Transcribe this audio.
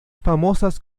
famosas